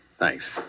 Thanks